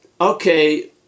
okay